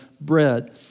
bread